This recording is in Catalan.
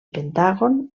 pentàgon